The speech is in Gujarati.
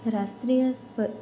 રાષ્ટ્રીય સ્પ